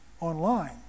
online